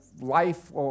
life